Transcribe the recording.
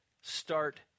start